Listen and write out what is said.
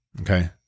Okay